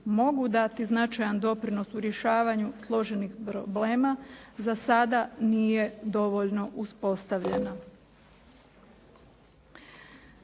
mogu dati značajan doprinos u rješavanju složenih problema za sada nije dovoljno uspostavljena.